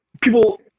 people